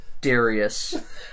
Darius